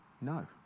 No